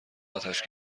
آتش